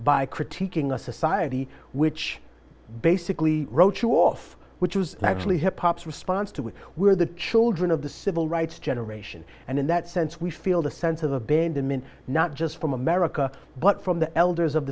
by critiquing a society which basically wrote you off which was actually hip hop's response to it were the children of the civil rights generation and in that sense we feel the sense of abandonment not just from america but from the elders of